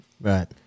Right